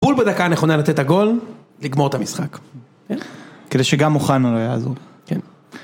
בול בדקה הנכונה לתת הגול, לגמור את המשחק. כדי שגם מוכן הוא לא יעזור.